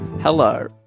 Hello